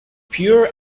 pure